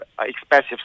expensive